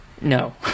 No